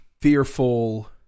fearful